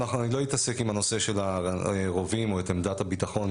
אני לא אתעסק עם הנושא של הרובים או עמדת הביטחון,